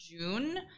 June